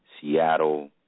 Seattle